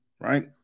right